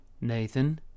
Nathan